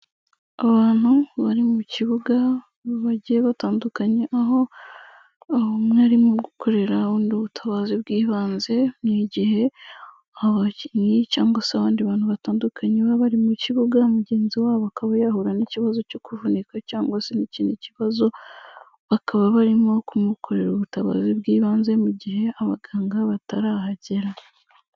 Abantu bari mu kibuga bagiye batandukanye, aho umwe arimo gukorera undi ubutabazi bw'ibanze ni igihe abakinnyi cyangwa se abandi bantu batandukanye baba bari mu kibuga mugenzi wabo akaba yahura n'ikibazo cyo kuvunika cyangwa se n'ikindi kibazo, bakaba barimo kumukorera ubutabazi bw'ibanze mu gihe abaganga batarahagera.